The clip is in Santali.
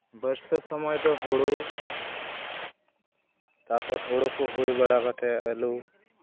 ᱵᱟᱹᱨᱥᱟ ᱥᱚᱢᱚᱭ ᱫᱚ ᱦᱳᱲᱳ ᱛᱟᱨᱯᱚᱨ ᱦᱳᱲᱳ ᱠᱚ ᱦᱩᱭ ᱵᱟᱲᱟ ᱠᱟᱛᱮᱫ ᱟᱹᱞᱩ